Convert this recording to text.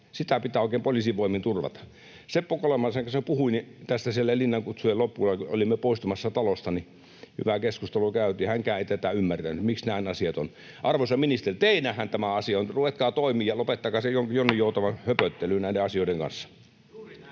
Sitä pitää oikein poliisin voimin turvata. Seppo Kolehmaisen kanssa puhuin tästä siellä Linnan kutsujen loppuajalla, kun olimme poistumassa talosta, ja hyvää keskustelua käytiin, ja hänkään ei tätä ymmärtänyt, miksi näin asiat ovat. Arvoisa ministeri, teidänhän tämä asia on. Ruvetkaa toimiin ja lopettakaa se jonninjoutava höpöttely näiden asioiden kanssa.